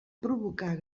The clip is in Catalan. provocar